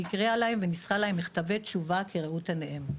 היא הקריאה להם וניסחה להם מכתבי תשובה כראות עיניהם.